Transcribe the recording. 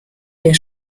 der